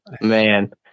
Man